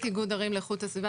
צהרים טובים,